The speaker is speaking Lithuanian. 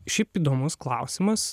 šiaip įdomus klausimas